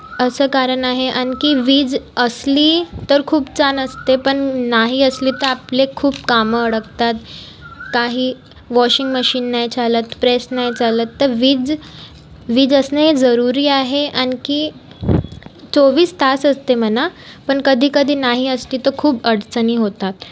असं कारण आहे आणखी वीज असली तर खूप छान असते पण नाही असली तर आपले खूप कामं अडकतात काही वॉशिंग मशीन नाही चालत प्रेस नाही चालत त वीज वीज असणे जरुरी आहे आणखी चोवीस तास असते म्हणा पण कधी कधी नाही असती तर खूप अडचणी होतात